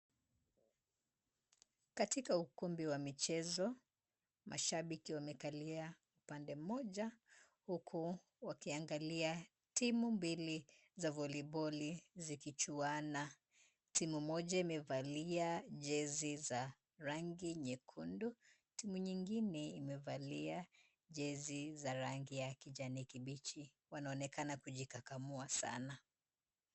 Katika ukumbi wa michezo mashabiki wamekalia pande moja huku wakiangalia timu mbili za voliboli zikichuana. Timu moja imevalia jezi za rangi nyekundu, timu nyingine imevalia jezi za rangi ya kijani kibichi. Wanaonekana kujikakamua sana.